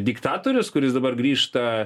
diktatorius kuris dabar grįžta